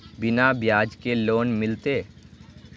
बिना ब्याज के लोन मिलते?